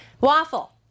Waffle